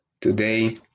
today